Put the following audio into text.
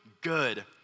good